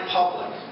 public